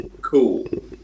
cool